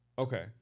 Okay